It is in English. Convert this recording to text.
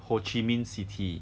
ho chi minh city